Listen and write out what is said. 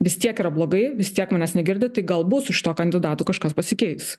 vis tiek yra blogai vis tiek manęs negirdi tai galbūt su šituo kandidatu kažkas pasikeis